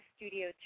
Studio